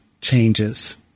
changes